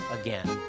again